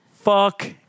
Fuck